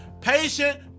Patient